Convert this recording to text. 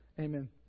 Amen